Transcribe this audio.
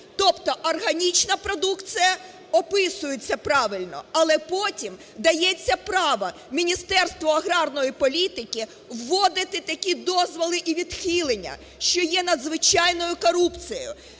Тобто, органічна продукція описується правильно, але потім дається право Міністерству аграрної політики вводити такі дозволи і відхилення, що є надзвичайною корупцією.